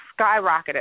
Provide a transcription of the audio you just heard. skyrocketed